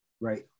right